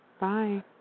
Bye